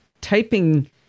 typing